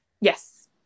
yes